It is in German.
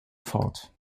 fort